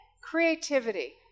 creativity